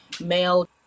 male